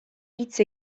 hitz